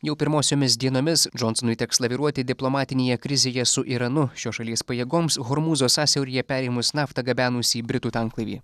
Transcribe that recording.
jau pirmosiomis dienomis džonsonui teks laviruoti diplomatinėje krizėje su iranu šios šalies pajėgoms hormūzo sąsiauryje perėmus naftą gabenusį britų tanklaivį